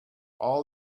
all